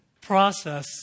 process